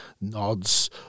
nods